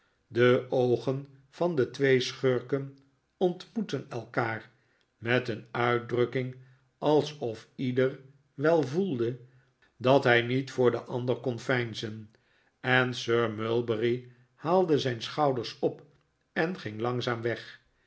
de oogen van de twee schurken ontmoetten elkaar met een uitdrukking alsof ieder wel voelde dat hij niet voor den ander kon veinzen en sir mulberry haalde zijn schouders op en ging langzaam weg